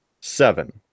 seven